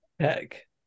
Heck